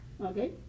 Okay